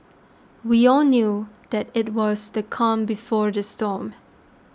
we all knew that it was the calm before the storm